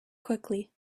quickly